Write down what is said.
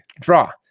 draw